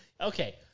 Okay